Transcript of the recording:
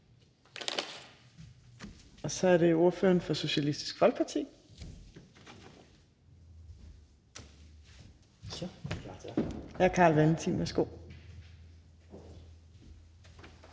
Så er det ordføreren for Socialistisk Folkeparti, hr. Carl Valentin. Værsgo.